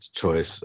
choice